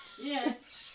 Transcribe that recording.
Yes